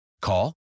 Call